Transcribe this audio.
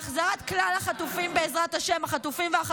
החזרת כלל החטופים והחטופות,